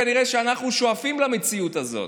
כנראה שאנחנו שואפים למציאות הזאת.